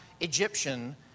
Egyptian